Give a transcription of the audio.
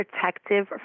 protective